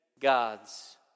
God's